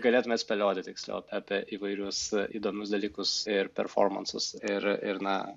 galėtume spėlioti tiksliau apie įvairius įdomius dalykus ir performansus ir ir na